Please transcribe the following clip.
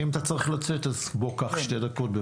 אבל אם אתה צריך לצאת, אז בוא קח שתי דקות.